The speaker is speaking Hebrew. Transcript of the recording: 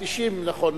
ב-1990, נכון.